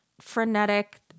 frenetic